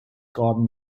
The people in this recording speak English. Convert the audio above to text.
garden